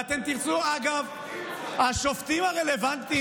ואתם תרצו, אגב, השופטים הרלוונטיים לאותה עיר.